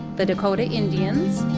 the dakota indians